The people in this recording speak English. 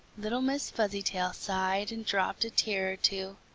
little miss fuzzytail sighed and dropped a tear or two.